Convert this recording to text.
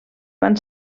van